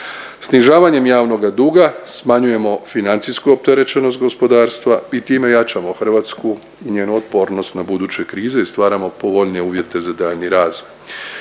Snižavanjem javnoga duga smanjujemo financijsku opterećenost gospodarstva i time jačamo Hrvatsku i njenu otpornost na buduće krize i stvaramo povoljnije uvjete za daljnji razvoj,